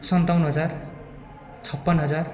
सन्ताउन्न हजार छप्पन हजार